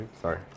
Sorry